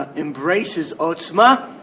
ah embraces otzma,